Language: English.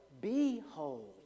Behold